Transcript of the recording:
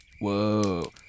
Whoa